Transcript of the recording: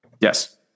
Yes